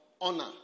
honor